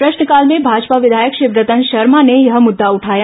प्रश्नकाल में भाजपा विधायक शिवरतन शर्मा ने यह मुद्दा उठाया